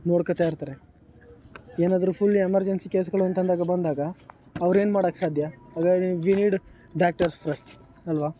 ನೋಡ್ಕೊಳ್ತಾ ಇರ್ತಾರೆ ಏನಾದರೂ ಫುಲ್ಲು ಎಮರ್ಜೆನ್ಸಿ ಕೇಸ್ಗಳು ಅಂತಂದಾಗ ಬಂದಾಗ ಅವ್ರೇನು ಮಾಡೋಕೆ ಸಾಧ್ಯ ವಿ ನೀಡ್ ಡಾಕ್ಟರ್ಸ್ಸ್ ಅಲ್ವ